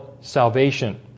salvation